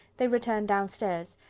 they returned downstairs,